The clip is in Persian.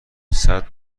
قصد